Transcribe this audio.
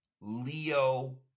Leo